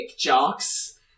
jocks